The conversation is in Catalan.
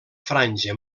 franja